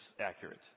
accurate